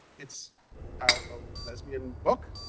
it's a lesbian book,